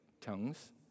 Tongues